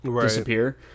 disappear